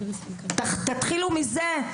תתחילו מזה.